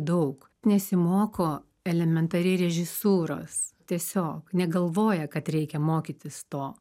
daug nesimoko elementariai režisūros tiesiog negalvoja kad reikia mokytis to